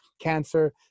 cancer